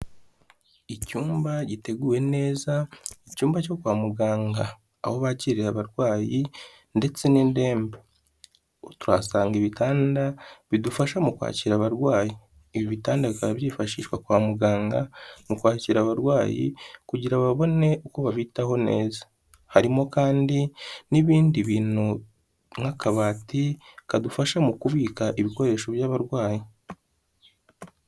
Icyumba giteguwe neza, icyumba cyo kwa muganga aho bakirira abarwayi ndetse n'indembe. Tuhasanga ibitanda bidufasha mu kwakira abarwayi. Ibi bitanda bikaba byifashishwa kwa muganga mu kwakira abarwayi kugira babone uko babitaho neza. Harimo kandi n'ibindi bintu nk'akabati kadufasha mu kubika ibikoresho by'abarwayi.